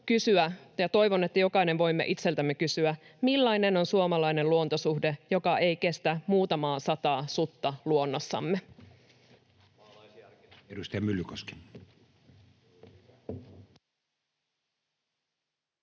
ja toivon, että jokainen voimme itseltämme kysyä: millainen on suomalainen luontosuhde, joka ei kestä muutamaa sataa sutta luonnossamme?